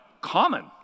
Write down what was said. common